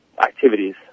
activities